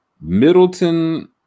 Middleton